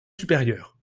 supérieure